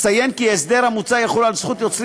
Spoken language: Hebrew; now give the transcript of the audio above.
אציין כי ההסדר המוצע יחול על זכות יוצרים